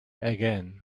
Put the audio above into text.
again